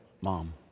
mom